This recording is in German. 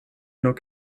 nur